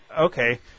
Okay